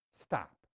stop